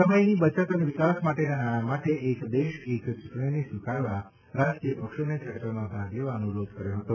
સમયની બચત અને વિકાસ માટેના નાણાં માટે એક દેશ એક ચૂંટણીને સ્વીકારવા રાજકીયપક્ષોને ચર્ચામાં ભાગ લેવા અનુરોધ કર્યો હતો